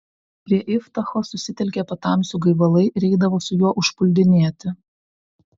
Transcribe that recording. prie iftacho susitelkė patamsių gaivalai ir eidavo su juo užpuldinėti